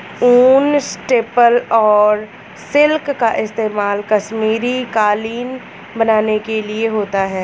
ऊन, स्टेपल और सिल्क का इस्तेमाल कश्मीरी कालीन बनाने के लिए होता है